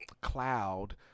cloud